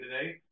today